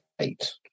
eight